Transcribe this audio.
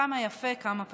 כמה יפה, כמה פשוט.